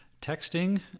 Texting